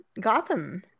Gotham